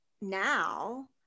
now